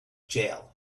jail